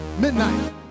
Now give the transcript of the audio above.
midnight